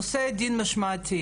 נושא דין משמעתי,